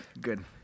Good